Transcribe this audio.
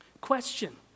Question